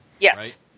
Yes